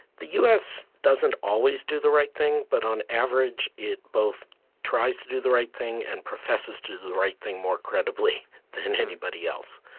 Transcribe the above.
the u s. doesn't always do the right thing. but on average, it both tries to do the right thing and professes to do the right thing more credibly than anybody else.